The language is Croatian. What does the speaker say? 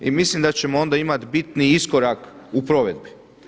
I mislim da ćemo onda imati bitni iskorak u provedbi.